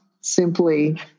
simply